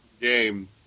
game